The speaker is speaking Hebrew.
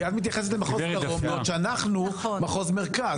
כי את מתייחסת למחוז דרום, בעוד שאנחנו מחוז מרכז.